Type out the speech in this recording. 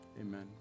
Amen